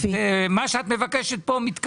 מה שאת מבקשת כאן, מתקבל.